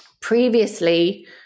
previously